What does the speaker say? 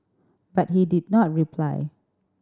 but he did not reply